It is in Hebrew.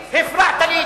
לא סיימתי.